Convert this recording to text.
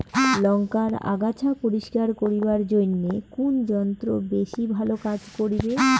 লংকার আগাছা পরিস্কার করিবার জইন্যে কুন যন্ত্র বেশি ভালো কাজ করিবে?